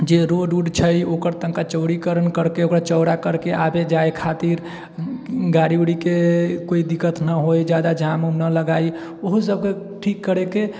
जे रोड उड छै ओकर तनिका चौड़ीकरण करिके ओकरा चौड़ा करिके आबै जाइ खातिर गाड़ी उड़ीके कोइ दिक्कत नहि होइ ज्यादा जाम उम नहि लगै ओहो सबके ठीक करैके